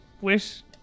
wish